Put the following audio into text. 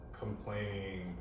complaining